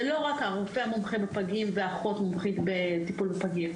זה לא רק הרופא המומחה בפגים ואחות מומחית בטיפול בפגים,